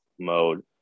mode